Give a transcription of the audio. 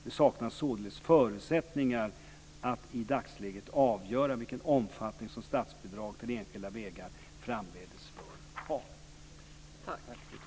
Det saknas således förutsättningar att i dagsläget avgöra vilken omfattning som statsbidrag till enskilda vägar framdeles bör ha.